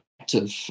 active